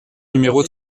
numéro